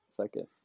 second